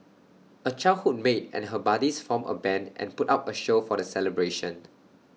A childhood mate and her buddies formed A Band and put up A show for the celebration